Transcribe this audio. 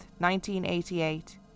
1988